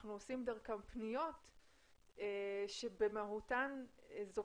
שאנחנו עושים דרכם פניות שבמהותן זו